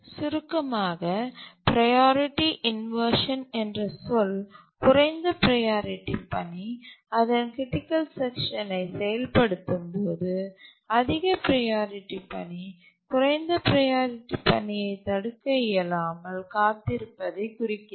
சுருக்கமாக priority inversion என்ற சொல் குறைந்த ப்ரையாரிட்டி பணி அதன் க்ரிட்டிக்கல் செக்ஷன் யை செயல்படுத்தும்போது அதிக ப்ரையாரிட்டி பணி குறைந்த ப்ரையாரிட்டி பணியைத் தடுக்க இயலாமல் காத்திருப்பதைக் குறிக்கிறது